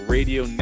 Radio